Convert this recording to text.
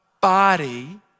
Body